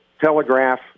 telegraph